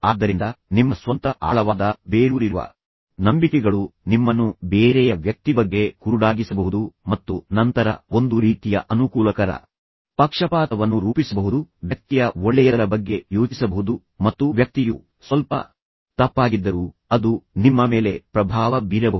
ಆದ್ದರಿಂದ ನಿಮ್ಮ ಸ್ವಂತ ಆಳವಾದ ಬೇರೂರಿರುವ ನಂಬಿಕೆಗಳು ನಿಮ್ಮನ್ನು ಬೇರೆಯ ವ್ಯಕ್ತಿ ಬಗ್ಗೆ ಕುರುಡಾಗಿಸಬಹುದು ಮತ್ತು ನಂತರ ಒಂದು ರೀತಿಯ ಅನುಕೂಲಕರ ಪಕ್ಷಪಾತವನ್ನು ರೂಪಿಸಬಹುದು ವ್ಯಕ್ತಿಯ ಒಳ್ಳೆಯದರ ಬಗ್ಗೆ ಯೋಚಿಸಬಹುದು ಮತ್ತು ವ್ಯಕ್ತಿಯು ಸ್ವಲ್ಪ ತಪ್ಪಾಗಿದ್ದರೂ ಅದು ನಿಮ್ಮ ಮೇಲೆ ಪ್ರಭಾವ ಬೀರಬಹುದು